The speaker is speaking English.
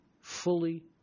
fully